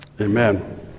Amen